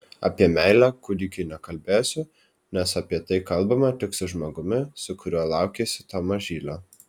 apie meilę kūdikiui nekalbėsiu nes apie tai kalbama tik su žmogumi su kuriuo laukiesi to mažylio